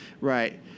right